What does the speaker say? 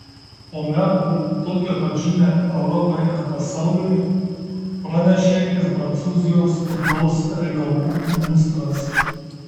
po metų tokią pat žinią europai ir pasauliui pranešė ir prancūzijos vidaus reikalų ministras